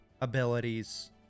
abilities